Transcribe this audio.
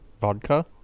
Vodka